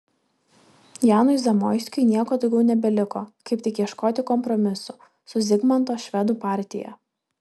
janui zamoiskiui nieko daugiau nebeliko kaip tik ieškoti kompromisų su zigmanto švedų partija